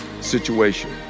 situation